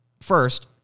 first